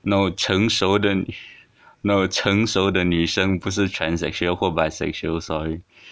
no 成熟的 no 成熟的女生不是 transexual 或 bisexual sorry